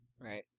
right